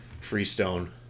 Freestone